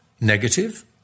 negative